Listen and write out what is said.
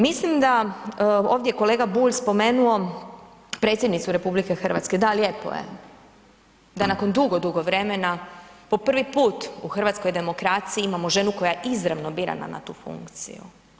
Mislim da ovdje je kolega Bulj spomenuo predsjednicu RH, da lijepo je da nakon dugo, dugo vremena po prvi put u hrvatskoj demokraciji imamo ženu koja je izravno birana na tu funkciju.